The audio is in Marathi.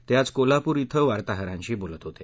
ते आज कोल्हापूर इथं वार्ताहरांशी बोलत होते